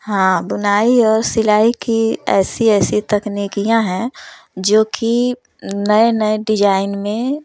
हाँ बुनाई और सिलाई की ऐसी ऐसी तकनीकियाँ हैं जो कि नए नए डिज़ाइन में